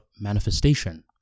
manifestation